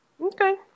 Okay